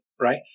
right